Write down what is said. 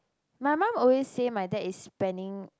my mum always say my dad is spending